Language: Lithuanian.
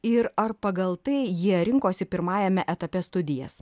ir ar pagal tai jie rinkosi pirmajame etape studijas